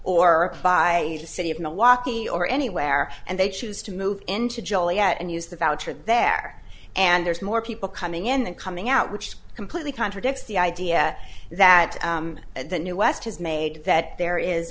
or by the city of milwaukee or anywhere and they choose to move into joliet and use the voucher there and there's more people coming in that coming out which completely contradicts the idea that the new west has made that there